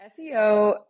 SEO